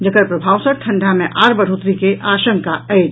जकर प्रभाव सँ ठंडा मे आओर बढ़ोतरी के आशंका अछि